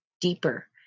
deeper